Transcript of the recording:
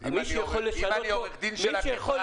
מי שיכול לשנות --- אם אני עורך דין של החברה,